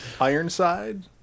Ironside